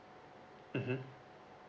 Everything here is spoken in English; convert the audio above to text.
mmhmm